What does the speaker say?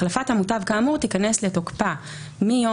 החלפת המוטב כאמור תיכנס לתוקפה מיום